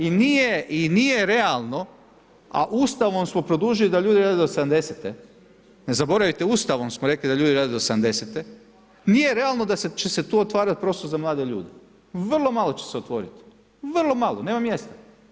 I nije realno, a Ustavom smo produžili da ljudi rade do 70e, ne zaboravite, Ustavom smo rekli da ljudi rade do 70e, nije realno da će se tu otvarat prostor za mlade ljude, vrlo malo će se otvorit, vrlo malo, nema mjesta.